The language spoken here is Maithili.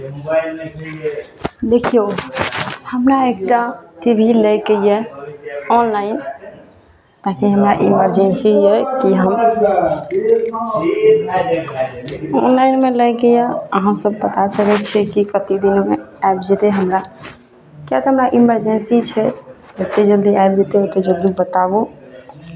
देखियौ हमरा एक टा टी भी लैके यए ऑनलाइन ताकि हमारा इमरजेन्सी अइ कि हमरा ऑनलाइनमे लैके यए अहाँसब पता करै छियै कि कतेक दिनमे आबि जेतै हमरा किएक तऽ हमरा इमरजेन्सी छै जतेक जल्दी आबि जेतै ओतेक जल्दी बताबू